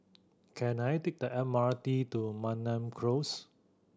can I take the M R T to Mariam Close